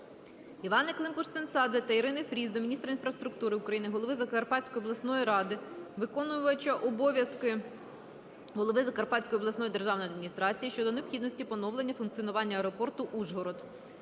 Іванни Климпуш-цинцадзе та Ірини Фріз до міністра інфраструктури України, голови Закарпатської обласної ради, виконувача обов'язків голови Закарпатської обласної державної адміністрації щодо необхідності поновлення функціонування аеропорту "Ужгород".